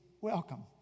welcome